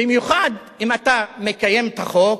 במיוחד אם אתה מקיים את החוק,